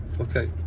Okay